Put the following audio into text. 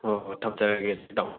ꯍꯣꯏ ꯍꯣꯏ ꯊꯝꯖꯔꯒꯦ ꯑꯗꯨꯗꯤ ꯇꯥꯃꯣ